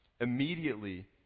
Immediately